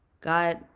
God